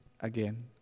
again